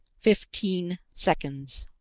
fifteen seconds.